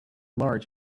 large